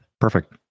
perfect